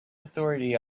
authority